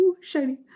shiny